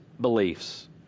beliefs